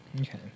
Okay